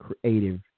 creative